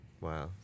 wow